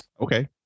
Okay